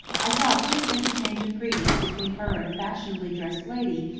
i saw a quick interchange of greetings between her and a fashionably dressed lady,